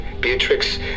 Beatrix